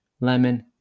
lemon